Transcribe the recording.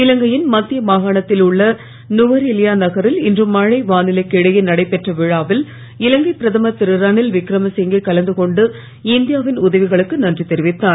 இலங்கையின் மத்திய மாகாணத்தில் உள்ள நுவரேலியா நகரில் இன்று மழை வானிலைக்கு இடையே நடைபெற்ற விழாவில் இலங்கை பிரதமர் திருரனில் விக்ரமசிங்கே கலந்துகொண்டு இந்தியா வின் உதவிகளுக்கு நன்றி தெரிவித்தார்